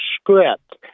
script